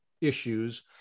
issues